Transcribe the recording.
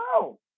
No